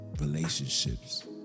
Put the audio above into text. relationships